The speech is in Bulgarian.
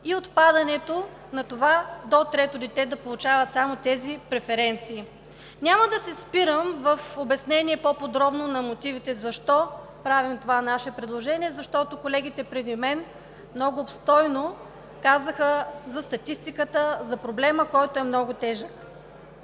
– 100 лв., и само до трето дете да се получават тези преференции. Няма да се спирам по-подробно в обяснения на мотивите защо правим това наше предложение, защото колегите преди мен много обстойно казаха за статистиката, за проблема, който е много тежък.